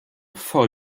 voll